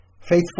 Faithful